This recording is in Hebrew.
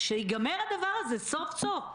שייגמר הדבר הזה סוף סוף.